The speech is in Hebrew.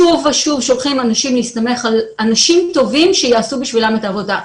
שוב ושוב שולחים אנשים להסתמך על אנשים טובים שיעשו בשבילם את העבודה,